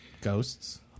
Ghosts